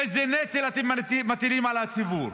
איזה נטל אתם מטילים על הציבור?